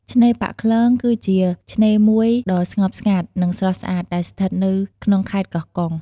ឆ្នេរប៉ាក់ខ្លង គឺជាឆ្នេរមួយដ៏ស្ងប់ស្ងាត់ និងស្រស់ស្អាត ដែលស្ថិតនៅក្នុងខេត្ត កោះកុង។